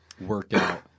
workout